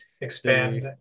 expand